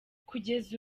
kugeza